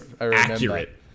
accurate